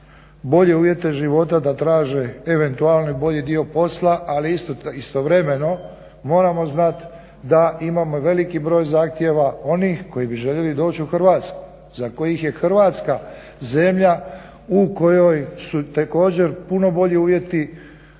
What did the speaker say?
bolje uvjete života, da traže eventualno bolji dio posla, a istovremeno moramo znat da imamo i veliki broj zahtjeva onih koji bi željeli doći u Hrvatsku, za kojih je Hrvatska zemlja u kojoj su također puno bolji uvjeti